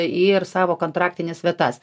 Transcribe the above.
ir savo kontraktines vietas